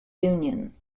union